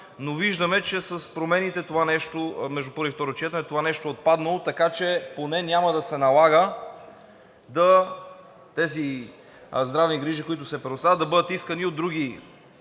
но виждаме, че с промените между първо и второ четене това нещо е отпаднало, така че поне няма да се налага тези здравни грижи, които се предоставят, да бъдат искани от други